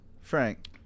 Frank